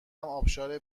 آبشار